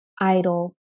idol